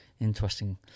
Interesting